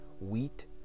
wheat